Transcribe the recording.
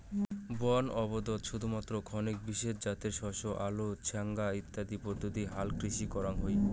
বন আবদত শুধুমাত্র খানেক বিশেষ জাতের শস্য আলো ছ্যাঙা আদি পদ্ধতি হালকৃষি করাং হই